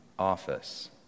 office